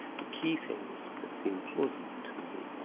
the key things that seem plausible to me are